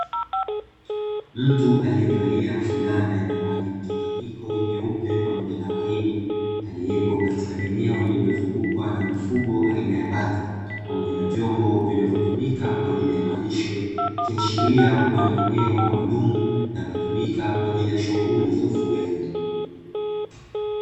Mtu aliyevalia flana yenye rangi mchanganyiko nyeupe, pamoja na waridi, aliyepo katika eneo lililozungukwa na mifugo aina ya bata. Pamoja na vyombo vinavyotumika kwa ajili ya malisho, ikiashiria kuwa ni eneo maalumu linalotumika kwa ajili ya shughuli za ufugaji.